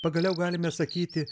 pagaliau galime sakyti